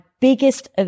biggest